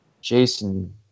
Jason